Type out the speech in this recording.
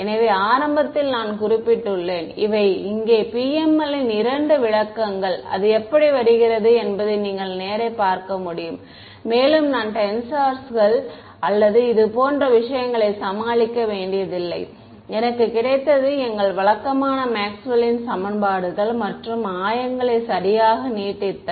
எனவே ஆரம்பத்தில் நான் குறிப்பிட்டுள்ளேன் இவை இங்கே PML ன் இரண்டு விளக்கங்கள் அது எப்படி வருகிறது என்பதை நீங்கள் நேரே பார்க்க முடியும் மேலும் நான் டென்சர்கள் அல்லது இதுபோன்ற விஷயங்களைச் சமாளிக்க வேண்டியதில்லை எனக்கு கிடைத்தது எங்கள் வழக்கமான மேக்ஸ்வெல்லின் சமன்பாடுகள் மற்றும் ஆயங்களை சரியாக நீட்டித்தல்